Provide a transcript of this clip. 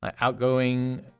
outgoing